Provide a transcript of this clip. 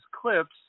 clips